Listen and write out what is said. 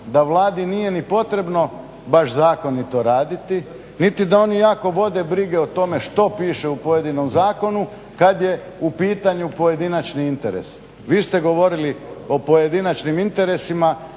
da Vladi nije ni potrebno baš zakonito raditi, niti da oni jako vode brige o tome što piše u pojedinom zakonu kad je u pitanju pojedinačni interes. Vi ste govorili o pojedinačnim interesima